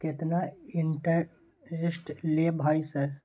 केतना इंटेरेस्ट ले भाई सर?